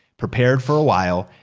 prepared for a while,